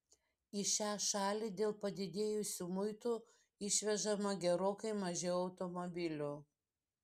į šią šalį dėl padidėjusių muitų išvežama gerokai mažiau automobilių